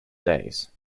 days